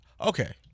Okay